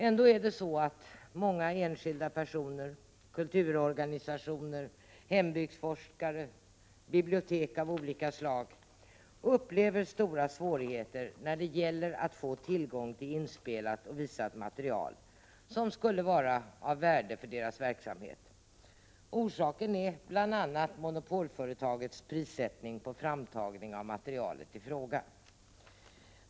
Ändå upplever många enskilda personer, kulturorganisationer, hembygdsforskare och bibliotek av olika slag stora svårigheter att få tillgång till inspelat och visat material som skulle vara av värde för deras verksamhet. Orsaken är bl.a. monopolföretagets prissättning på framtagande av materialet i fråga.